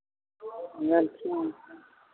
बुझलखिन